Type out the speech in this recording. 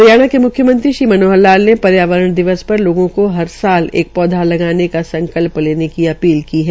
हरियाणा के म्ख्यमंत्री श्री मनोहर लाल ने पर्यावरण दिवस पर लोगों को हर साल एक पौध लगाने का संकल्प लेने की अपील की है